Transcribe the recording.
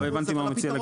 לא הבנתי מה הוא מציע.